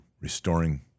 restoring